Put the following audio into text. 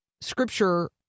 scripture